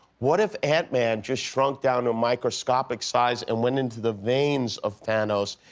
what if ant-man just shrunk down to a microscopic size and went into the veins of thanos,